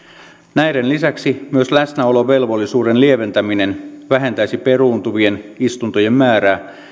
näiden lisäksi myös läsnäolovelvollisuuden lieventäminen vähentäisi peruuntuvien istuntojen määrää